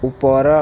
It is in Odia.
ଉପର